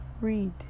read